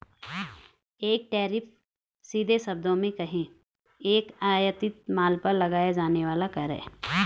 एक टैरिफ, सीधे शब्दों में कहें, एक आयातित माल पर लगाया जाने वाला कर है